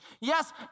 Yes